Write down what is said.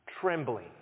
trembling